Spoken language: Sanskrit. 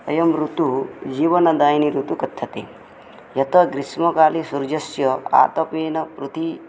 अयं ऋतुः जीवनदायिनी ऋतुः कथ्यते यतः ग्रीष्मकाले सूर्जस्य आतपेन प्रति